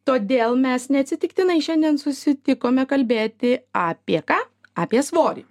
todėl mes neatsitiktinai šiandien susitikome kalbėti apie ką apie svorį